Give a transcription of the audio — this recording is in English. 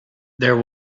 there